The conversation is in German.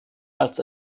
als